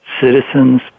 citizens